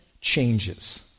changes